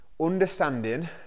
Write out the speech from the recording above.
understanding